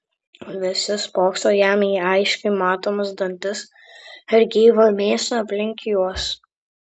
visi spokso jam į aiškiai matomus dantis ir gyvą mėsą aplink juos